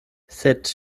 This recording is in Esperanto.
sed